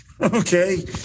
Okay